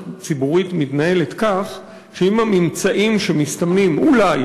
ציבורית מתנהלת כך שאם הממצאים שמסתמנים אולי,